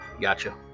gotcha